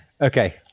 Okay